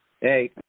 Hey